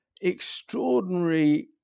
extraordinary